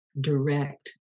direct